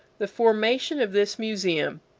the formation of this museum,